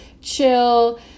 chill